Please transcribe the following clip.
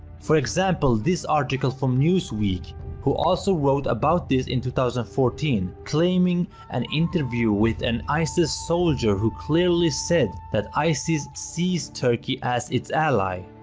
for example this article from newsweek who also wrote about this in two thousand and fourteen claiming an interview with an isis soldier who clearly said that isis sees turkey as it's ally.